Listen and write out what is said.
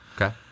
Okay